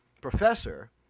professor